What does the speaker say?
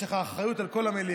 יש לך אחריות על כל המליאה,